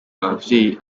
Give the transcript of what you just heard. abavyeyi